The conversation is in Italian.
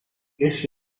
essi